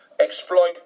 exploit